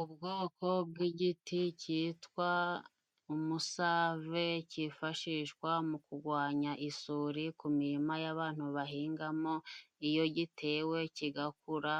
Ubwoko bw'igiti cyitwa umusave cyifashishwa mu kugwanya isuri ku mirima y'abantu bahingamo iyo gitewe kigakura